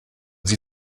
sie